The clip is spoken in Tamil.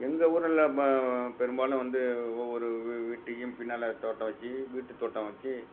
எங்கள் ஊரில் ம பெரும்பாலும் வந்து ஒவ்வொரு வீட்டையும் பின்னால் தோட்டம் வச்சு வீட்டுத் தோட்டம் வச்சு